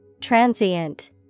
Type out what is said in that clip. Transient